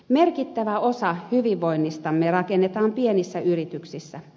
merkittävä osa hyvinvoinnistamme rakennetaan pienissä yrityksissä